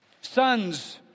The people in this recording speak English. Sons